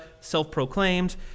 self-proclaimed